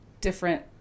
different